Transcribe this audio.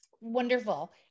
wonderful